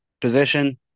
position